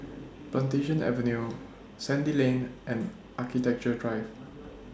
Plantation Avenue Sandy Lane and Architecture Drive